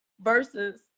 versus